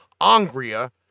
Angria